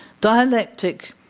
Dialectic